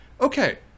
okay